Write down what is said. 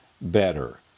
better